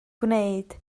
gwneud